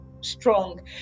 strong